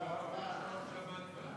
התשע"ד 2014,